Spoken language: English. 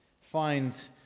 find